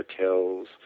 hotels